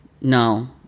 No